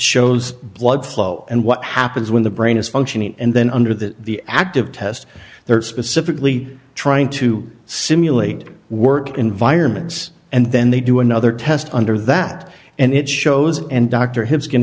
shows blood flow and what happens when the brain is functioning and then under that the active test they're specifically trying to simulate work environments and then they do another test under that and it shows and dr hi